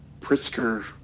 Pritzker